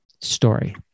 story